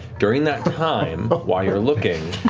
during that time, but while you're looking.